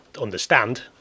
understand